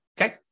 okay